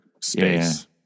space